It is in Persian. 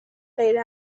غیر